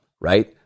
right